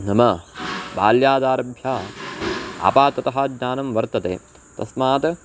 नाम बाल्यादारभ्य आपाततः ज्ञानं वर्तते तस्मात्